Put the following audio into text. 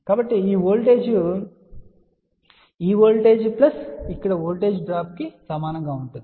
కాబట్టి ఈ వోల్టేజ్ ఈ వోల్టేజ్ ప్లస్ ఇక్కడ వోల్టేజ్ డ్రాప్కు సమానంగా ఉంటుంది